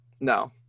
No